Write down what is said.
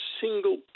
single